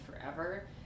forever